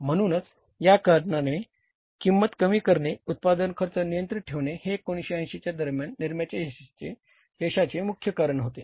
म्हणूनच याकारणामुळे किंमत कमी करणे उत्पादन खर्च नियंत्रित ठेवणे हे 1980 च्या दरम्यान निरम्याच्या यशाचे मुख्य कारण होते